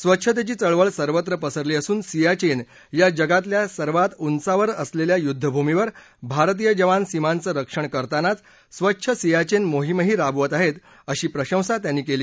स्वच्छतेची चळवळ सर्वत्र पसरली असून सियाचेन या जगातल्या सर्वात उंचावर असलेल्या युद्धभूमीवर भारतीय जवान सीमांचं रक्षण करतानाच स्वच्छ सियाचेन मोहीमही राबवत आहेत याची प्रशंसा त्यांनी केली